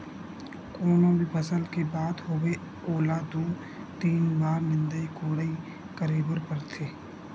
कोनो भी फसल के बात होवय ओला दू, तीन बार निंदई कोड़ई करे बर परथे